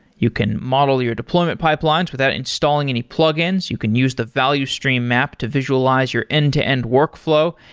you can model your deployment pipelines without installing any plugins. you can use the value stream map to visualize your end-to-end workflow.